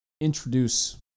introduce